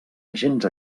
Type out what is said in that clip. agents